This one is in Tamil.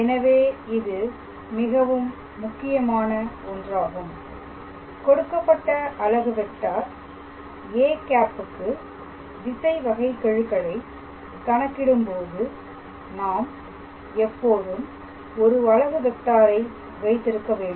எனவே இது மிகவும் முக்கியமான ஒன்றாகும் கொடுக்கப்பட்ட அலகு வெக்டார் â க்கு திசை வகைகெழுகளை கணக்கிடும்போது நாம் எப்போதும் ஒரு அலகு வெக்டார்ரை வைத்திருக்க வேண்டும்